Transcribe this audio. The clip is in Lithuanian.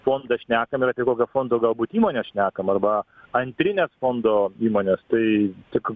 fondą šnekam ir apie kokio fondo galbūt įmonę šnekam arba antrines fondo įmones tai tik